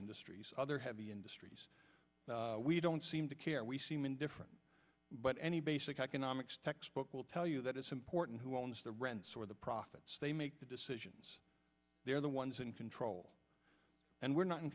industries other heavy industries we don't seem to care we seem indifferent but any basic economics textbook will tell you that it's important who owns the rents or the profits they make the decisions they're the ones in control and we're not in